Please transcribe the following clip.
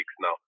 now